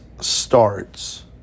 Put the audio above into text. starts